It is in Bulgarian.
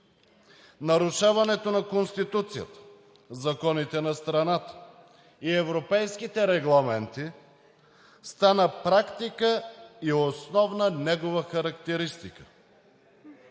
Нарушаването на Конституцията, законите на страната и европейските регламенти стана практика и основна негова характеристика.